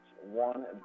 one